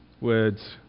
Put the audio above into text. Words